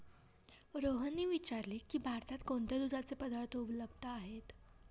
रोहनने विचारले की भारतात कोणते दुधाचे पदार्थ उपलब्ध आहेत?